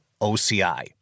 OCI